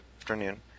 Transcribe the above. afternoon